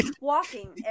walking